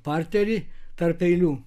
partery tarp eilių